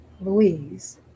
Louise